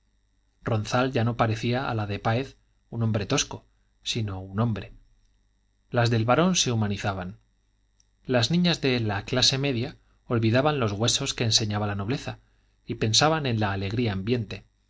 ronzal ya no parecía a la de páez un hombre tosco sino un hombre las del barón se humanizaban las niñas de la clase media olvidaban los huesos que enseñaba la nobleza y pensaban en la alegría ambiente